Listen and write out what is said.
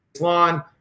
lawn